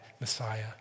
Messiah